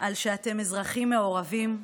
על שאתם אזרחים מעורבים,